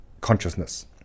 consciousness